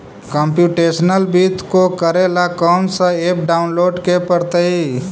computational वित्त को करे ला कौन स ऐप डाउनलोड के परतई